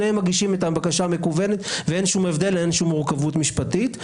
שניהם מגישים את הבקשה המקוונת ואין ביניהם שום הבדל או מורכבות משפטית.